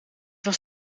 was